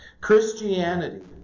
Christianity